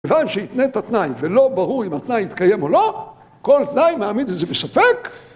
כיוון שהתנת תנאי ולא ברור אם התנאי יתקיים או לא, כל תנאי מעמיד את זה בספק.